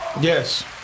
Yes